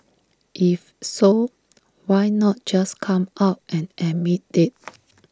if so why not just come out and admit IT